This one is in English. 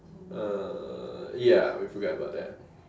uh ya we forget about that